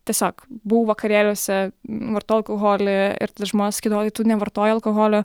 tiesiog buvau vakarėliuose vartojau alkoholį ir tada žmonės sakydavo juk tu nevartoji alkoholio